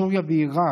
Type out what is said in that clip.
בסוריה ובעיראק,